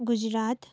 Gujarat